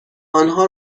آنها